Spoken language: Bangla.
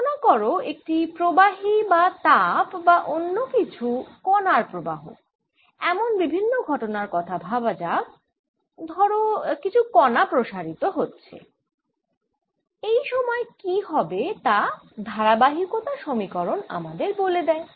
কল্পনা করো একটি প্রবাহী বা তাপ বা কিছু কনার প্রবাহ এমন বিভিন্ন ঘটনার কথা ভাবা যাক ধরো কিছু কণা প্রসারিত হচ্ছে এই সময় কি হবে তা ধারাবাহিকতা সমীকরণ আমাদের বলে দেয়